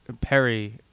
Perry